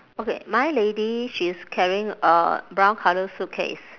okay my lady she's carrying a brown colour suitcase